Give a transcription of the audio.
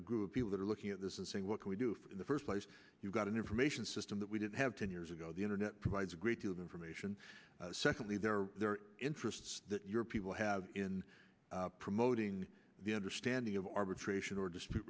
a group of people that are looking at this and saying what can we do in the first place you've got an information system that we didn't have ten years ago the internet provides a great deal of information secondly there are interests that your people have in promoting the understanding of arbitration or dispute